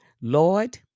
Lord